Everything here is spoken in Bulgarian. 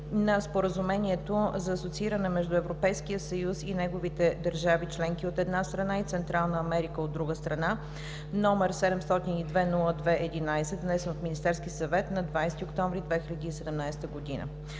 на Споразумението за асоцииране между Европейския съюз и неговите държави членки, от една страна, и Централна Америка, от друга страна, № 702-02-11, внесен от Министерския съвет на 20 октомври 2017 г.